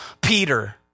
Peter